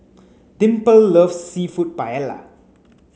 Dimple loves Seafood Paella